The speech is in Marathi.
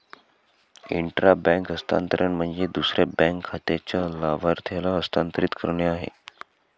इंट्रा बँक हस्तांतरण म्हणजे दुसऱ्या बँक खात्याच्या लाभार्थ्याला हस्तांतरित करणे आहे